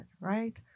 right